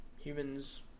humans